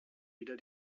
wieder